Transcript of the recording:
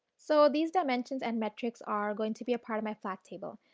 so, these dimensions and metrics are going to be a part of my flat table.